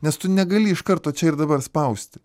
nes tu negali iš karto čia ir dabar spausti